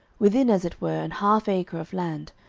within as it were an half acre of land,